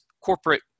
corporate